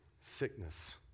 sickness